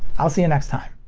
i'll see you next time!